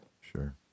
Sure